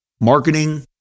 marketing